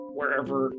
wherever